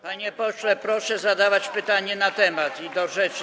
Panie pośle, proszę zadawać pytania na temat i do rzeczy.